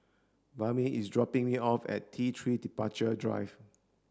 Bama is dropping me off at T three Departure Drive